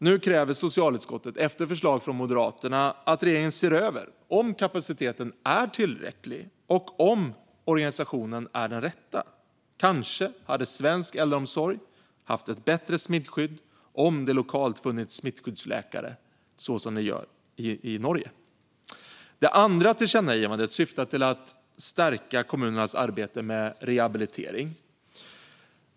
Nu kräver socialutskottet, efter förslag från Moderaterna, att regeringen ska se över om kapaciteten är tillräcklig och om organisationen är den rätta. Kanske hade svensk äldreomsorg haft ett bättre smittskydd om det lokalt hade funnits smittskyddsläkare, så som det gör i Norge. Det andra tillkännagivandet syftar till att stärka kommunernas arbete med rehabilitering.